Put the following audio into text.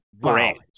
brands